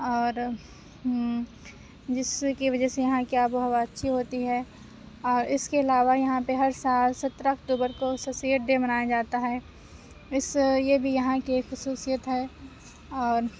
اور جس کی وجہ سے یہاں کی آب و ہَوا اچھی ہوتی ہے اور اِس کے علاوہ یہاں پہ ہر سال سترہ اکتوبر کو سر سید ڈے منایا جاتا ہے اِس یہ بھی یہاں کی ایک خصوصیت ہے اور